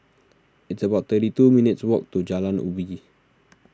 it's about thirty two minutes' walk to Jalan Ubi